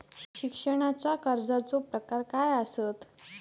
शिक्षणाच्या कर्जाचो प्रकार काय आसत?